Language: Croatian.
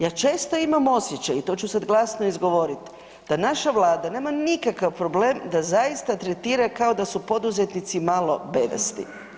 Ja često imam osjećaj i to ću sad glasno izgovorit, da naša Vlada nema nikakav problem da zaista tretira kao da su poduzetnici malo bedasti.